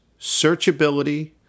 searchability